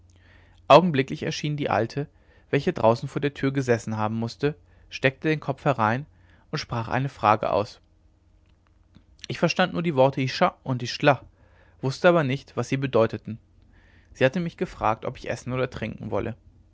augenblicklich erschien die alte welche draußen vor der tür gesessen haben mußte steckte den kopf herein und sprach eine frage aus ich verstand nur die worte ischha und ischtla wußte aber nicht was sie bedeuteten sie hatte mich gefragt ob ich essen oder trinken wolle